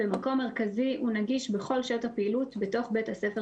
במקום מרכזי ונגיש בכל שעות הפעילות בתוך בית הספר